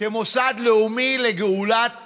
כמוסד לאומי לגאולת